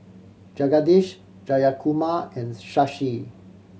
Jagadish Jayakumar and Shashi